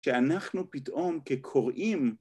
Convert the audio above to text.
‫שאנחנו פתאום כקוראים...